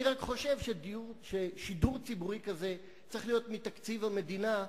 אבל אני רק חושב ששידור ציבורי כזה צריך להיות מתקציב המדינה,